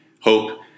Hope